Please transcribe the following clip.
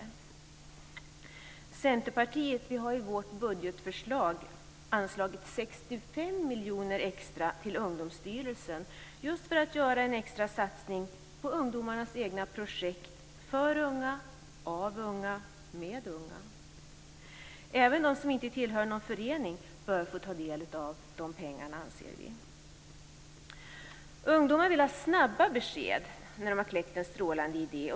Vi i Centerpartiet har i vårt budgetförslag anslagit 65 miljoner extra till Ungdomsstyrelsen, just för att göra en extra satsning på ungdomarnas egna projekt - för unga, av unga, med unga. Även de som inte tillhör någon förening bör få ta del av de pengarna, anser vi. Ungdomar vill ha snabba besked när de har kläckt en strålande idé.